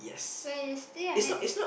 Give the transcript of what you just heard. where you stay I had